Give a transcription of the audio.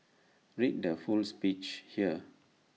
read the full speech here